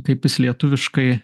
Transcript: kaip jis lietuviškai